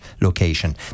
location